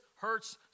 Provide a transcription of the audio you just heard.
hurts